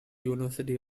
university